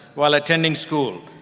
while attending school,